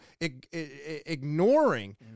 ignoring